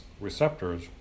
receptors